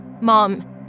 Mom